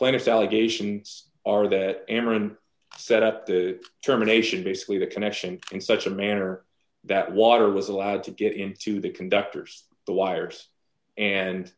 latest allegations are that amarin set up the germination basically the connection in such a manner that water was allowed to get into the conductors the wires and